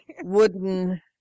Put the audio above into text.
wooden